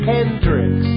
Hendrix